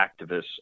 activists